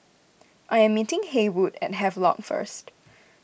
I am meeting Haywood at Havelock first